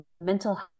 mental